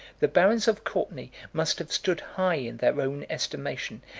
the barons of courtenay must have stood high in their own estimation,